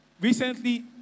Recently